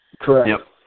Correct